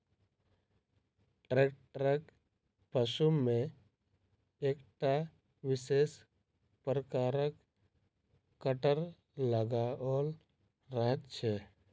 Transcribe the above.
ट्रेक्टरक पाछू मे एकटा विशेष प्रकारक कटर लगाओल रहैत छै